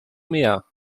mehr